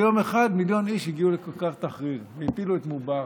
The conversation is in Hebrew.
ביום אחד מיליון איש הגיעו לכיכר תחריר והפילו את מובארכ.